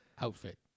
outfit